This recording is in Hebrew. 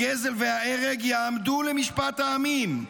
הגזל וההרג יעמדו למשפט העמים.